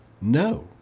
no